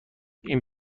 این